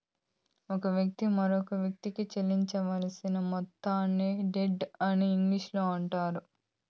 ఒక వ్యక్తి మరొకవ్యక్తికి చెల్లించాల్సిన మొత్తాన్ని డెట్ అని ఇంగ్లీషులో అంటారు